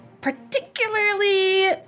particularly